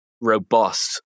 robust